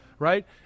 Right